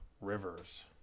rivers